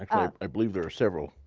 i believe there are several.